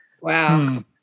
Wow